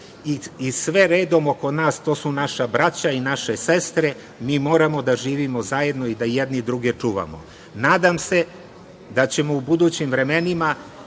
i sve redom oko nas to su naša braća i naše sestre, mi moramo da živimo zajedno i da jedni druge čuvamo. Nadam se da ćemo u budućim vremenima